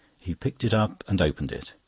he picked it up and opened it.